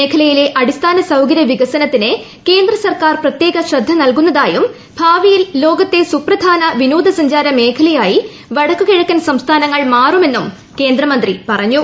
മേഖലയിലെ അടിസ്ഥാന സൌകര്യ വികസനത്തിന് കേന്ദ്ര സർക്കാർ പ്രത്യേക ശ്രദ്ധ നൽകുന്നതായും ഭാവിയിൽ ലോകത്തെ സുപ്രധാന വിനോദ സഞ്ചാര മേഖലയായി വടക്കു കിഴക്കൻ സംസ്ഥാനങ്ങൾ മാറുമെന്നും കേന്ദ്രമന്ത്രി പറഞ്ഞു